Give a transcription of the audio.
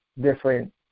different